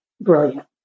brilliant